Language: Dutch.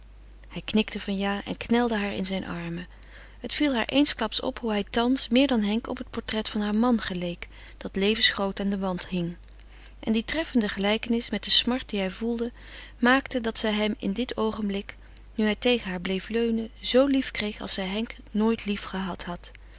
hij knikte van ja en knelde haar in zijn armen het viel haar eensklaps op hoe hij thans meer dan henk op het portret van haar man geleek dat levensgroot aan den wand hing en die treffende gelijkenis met de smart die hij voelde maakte dat zij hem in dit oogenblik nu hij tegen haar bleef leunen zo lief kreeg als zij henk nooit lief gehad had